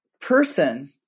person